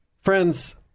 Friends